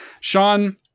sean